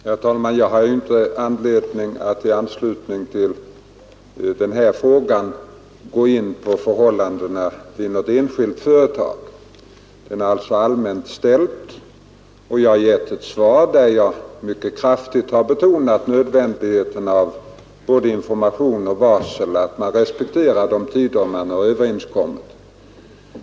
Herr talman! Jag har inte anledning att i anslutning till den här frågan gå in på förhållandena i något enskilt företag; frågan är också allmänt ställd. Jag har gett ett svar, där jag mycket kraftigt betonat nödvändigheten av både information och varsel och att man respekterar de tider man har överenskommit.